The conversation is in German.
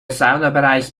saunabereich